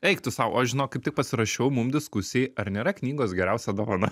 eik tu sau aš žinok kaip tik pasirašiau mum diskusijai ar nėra knygos geriausia dovana